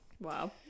wow